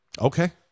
Okay